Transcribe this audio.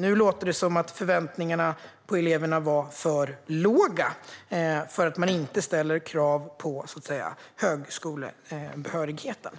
Nu låter det som att förväntningarna på eleverna var för låga därför att man inte ställer krav på högskolebehörighet. Det